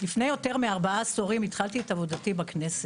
לפני יותר מארבעה עשורים התחלתי את עבודתי בכנסת,